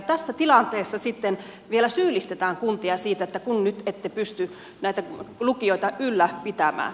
tässä tilanteessa sitten vielä syyllistetään kuntia siten että kun nyt ette pysty lukioita ylläpitämään